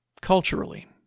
culturally